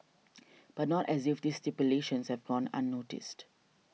but not as if this stipulations have gone unnoticed